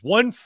One